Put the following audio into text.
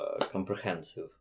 comprehensive